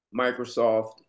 Microsoft